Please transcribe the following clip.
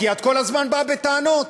כי את כל הזמן באה בטענות.